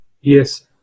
Yes